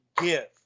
give